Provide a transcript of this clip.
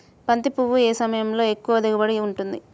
బంతి పువ్వు ఏ సమయంలో ఎక్కువ దిగుబడి ఉంటుంది?